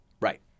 Right